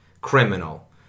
criminal